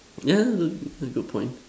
yeah that's a good point